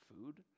food